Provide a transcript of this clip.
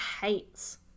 hates